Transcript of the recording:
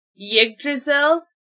Yggdrasil